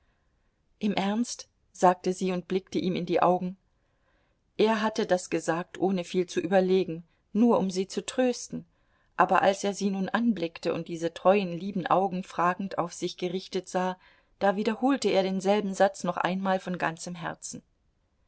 im ernst sagte sie und blickte ihm in die augen er hatte das gesagt ohne viel zu überlegen nur um sie zu trösten aber als er sie nun anblickte und diese treuen lieben augen fragend auf sich gerichtet sah da wiederholte er denselben satz noch einmal von ganzem herzen